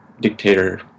dictator